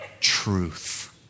truth